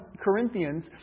Corinthians